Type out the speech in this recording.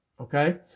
Okay